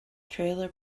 trailer